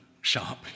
sharp